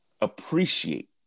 appreciate